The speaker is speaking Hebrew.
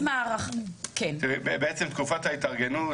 בעצם תקופת ההתארגנות,